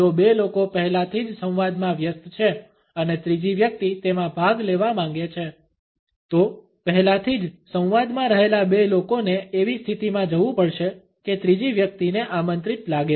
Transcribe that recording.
જો બે લોકો પહેલાથી જ સંવાદમાં વ્યસ્ત છે અને ત્રીજી વ્યક્તિ તેમાં ભાગ લેવા માંગે છે તો પહેલાથી જ સંવાદમાં રહેલા બે લોકોને એવી સ્થિતિમાં જવું પડશે કે ત્રીજી વ્યક્તિને આમંત્રિત લાગે